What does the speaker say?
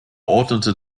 ordnete